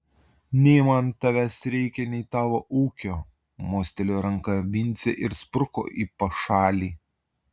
nei man tavęs reikia nei tavo ūkio mostelėjo ranka vincė ir spruko į pašalį